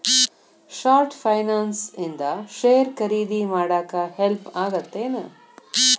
short finance ಇಂದ share ಖರೇದಿ ಮಾಡಾಕ ಹೆಲ್ಪ್ ಆಗತ್ತೇನ್